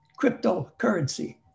cryptocurrency